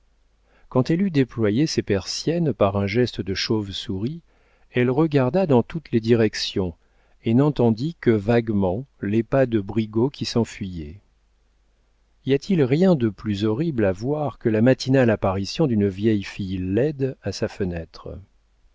quand elle eut déployé ses persiennes par un geste de chauve-souris elle regarda dans toutes les directions et n'entendit que vaguement les pas de brigaut qui s'enfuyait y a-t-il rien de plus horrible à voir que la matinale apparition d'une vieille fille laide à sa fenêtre